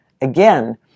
again